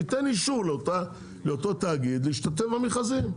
שייתן אישור לאותו תאגיד להשתתף במכרזים.